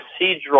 procedural